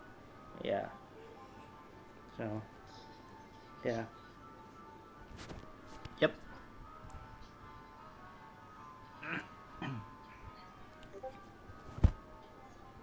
ya so ya yup